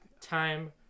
time